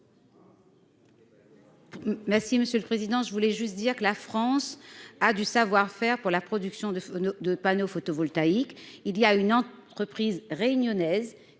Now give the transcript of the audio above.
Merci monsieur le président, je voulais juste dire que la France a du savoir-faire pour la production de de panneaux photovoltaïques, il y a une reprise réunionnaise